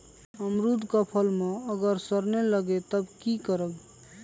अमरुद क फल म अगर सरने लगे तब की करब?